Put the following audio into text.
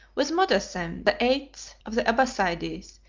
with motassem, the eighth of the abbassides,